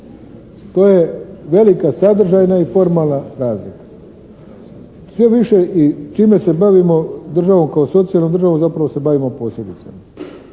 To je velika sadržajna i formalna razlika. Sve više i čime se bavimo državom kao socijalnom državom zapravo se bavimo posebice